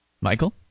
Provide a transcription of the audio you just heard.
Michael